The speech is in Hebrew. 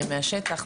מהשטח,